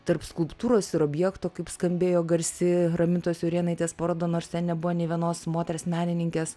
tarp skulptūros ir objekto kaip skambėjo garsi ramintos jurėnaitės paroda nors ten nebuvo nė vienos moters menininkės